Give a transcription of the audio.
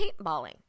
paintballing